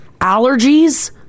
allergies